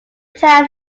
town